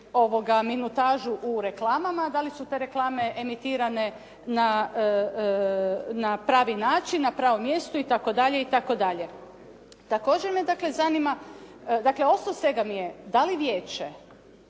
minutažu u reklamama, dali su te reklame emitirane na pravi način, na pravom mjestu itd. Također me zanima dakle … dali vijeće